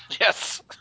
Yes